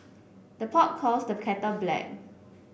the pot calls the black